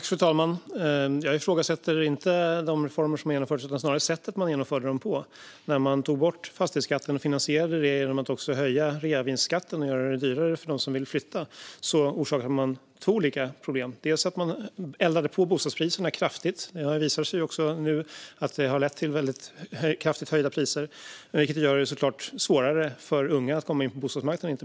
Fru talman! Jag ifrågasätter inte de reformer som har genomförts, utan snarare sättet man genomförde dem på. När man tog bort fastighetsskatten och finansierade det genom att höja reavinstskatten och göra det dyrare för dem som ville flytta orsakade man två olika problem. Man eldade på bostadspriserna kraftigt. Det visade sig att det ledde till kraftigt höjda priser, vilket såklart gör det svårare för inte minst unga att komma in på bostadsmarknaden.